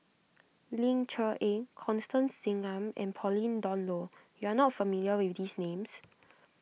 Ling Cher Eng Constance Singam and Pauline Dawn Loh you are not familiar with these names